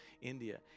India